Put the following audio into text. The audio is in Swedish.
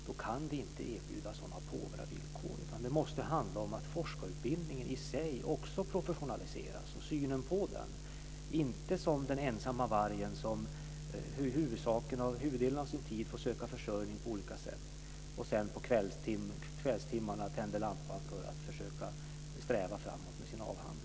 Då kan vi inte erbjuda så påvra villkor, utan det måste handla om att forskarutbildningen i sig också professionaliseras, och synen på den. Det är inte den ensamma vargen, som huvuddelen av sin tid får söka försörjning på olika sätt och sedan på kvällstimmarna tänder lampan för att försöka sträva framåt med sin avhandling.